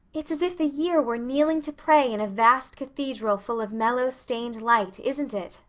it's as if the year were kneeling to pray in a vast cathedral full of mellow stained light, isn't it?